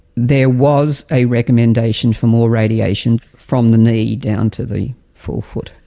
there was a recommendation for more radiation from the knee down to the full foot,